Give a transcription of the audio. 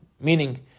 Meaning